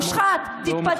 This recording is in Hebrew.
היא לא, מושחת, תתפטר.